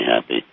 happy